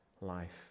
life